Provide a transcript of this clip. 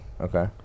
Okay